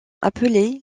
appelés